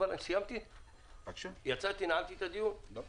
זה מה